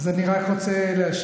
אז אני רק רוצה להשיב.